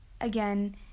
Again